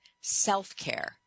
self-care